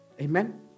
Amen